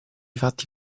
fatti